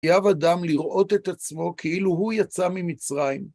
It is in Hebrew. חייב אדם לראות את עצמו כאילו הוא יצא ממצרים.